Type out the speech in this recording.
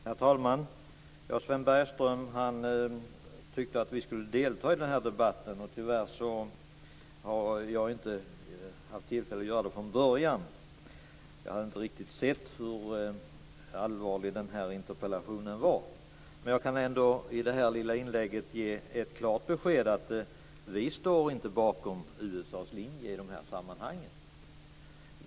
Herr talman! Sven Bergström tyckte att vi skulle delta i debatten. Tyvärr hade jag inte tillfälle att göra det från början. Jag hade inte riktigt sett hur allvarlig interpellationen var. Men jag kan i detta inlägg ge ett klart besked att vi inte står bakom USA:s linje i dessa sammanhang.